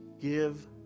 give